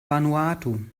vanuatu